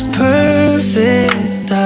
perfect